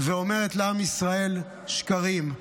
ואומרת לעם ישראל שקרים.